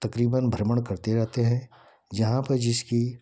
तक़रीबन भ्रमण करते रहते हैं जहाँ पर जिसकी